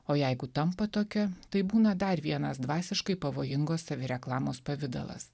o jeigu tampa tokia tai būna dar vienas dvasiškai pavojingos savireklamos pavidalas